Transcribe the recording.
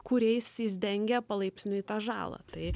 kuriais jis dengia palaipsniui tą žalą tai